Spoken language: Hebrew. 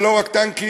זה לא רק טנקים,